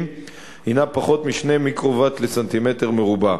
הינה פחות מ-2 מיקרוואט לסנטימטר מרובע.